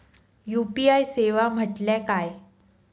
UPI सेवा म्हटल्या काय?